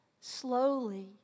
slowly